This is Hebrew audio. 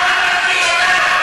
שנה של טרור,